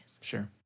Sure